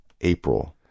April